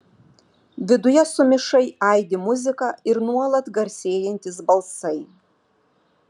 viduje sumišai aidi muzika ir nuolat garsėjantys balsai